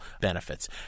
benefits